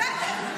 בסדר.